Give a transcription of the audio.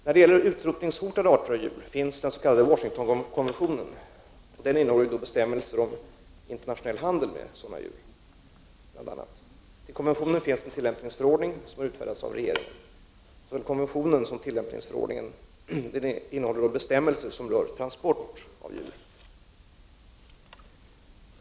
Beträffande utrotningshotade arter av djur finns den s.k. Washingtonkonventionen, som innehåller bestämmelser om internationell handel med bl.a. sådana djur. Till konventionen finns en tillämpningsförordning som har utfärdats av regeringen. Såväl konventionen som tillämpningsförordningen innehåller bestämmelser som rör transport av djur.